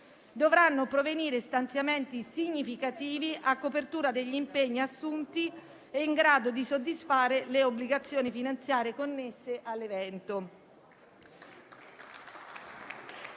dovranno provenire stanziamenti significativi a copertura degli impegni assunti e in grado di soddisfare le obbligazioni finanziarie connesse all'evento.